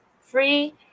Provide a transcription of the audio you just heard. free